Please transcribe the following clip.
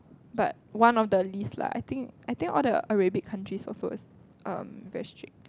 but one of the least lah I think I think all the Arabic countries also is um very strict